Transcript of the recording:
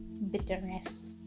bitterness